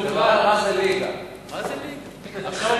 אנא,